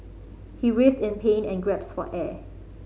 he writhed in pain and gasped for air